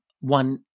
one